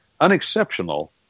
unexceptional